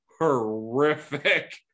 horrific